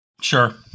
Sure